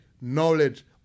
knowledge